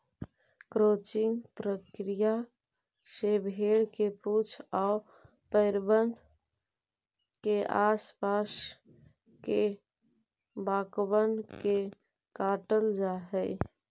crutching प्रक्रिया से भेंड़ के पूछ आउ पैरबन के आस पास के बाकबन के काटल जा हई